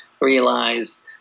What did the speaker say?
realize